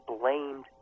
blamed